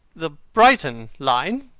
the brighton line.